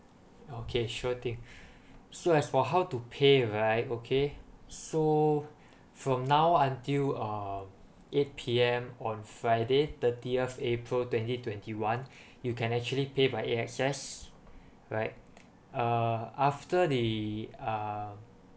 okay sure thing so as for how to pay right okay so from now until uh eight P_M on friday thirtieth april twenty twenty one you can actually pay by A_X_S right uh after the um